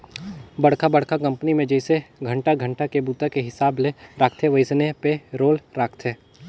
बड़खा बड़खा कंपनी मे जइसे घंटा घंटा के बूता के हिसाब ले राखथे वइसने पे रोल राखथे